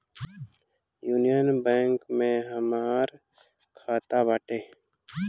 union Bank में हमार खाता बाटे